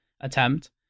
attempt